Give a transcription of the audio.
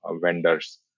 vendors